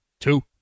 Two